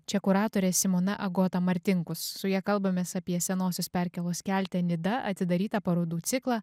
čia kuratorė simona agota martinkus su ja kalbamės apie senosios perkėlos kelte nida atidarytą parodų ciklą